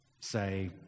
say